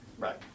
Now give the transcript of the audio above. Right